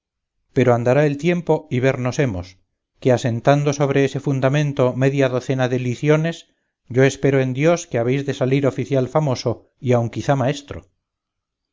pero andará el tiempo y vernos hemos que asentando sobre ese fundamento media docena de liciones yo espero en dios que habéis de salir oficial famoso y aun quizá maestro